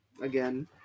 Again